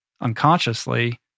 unconsciously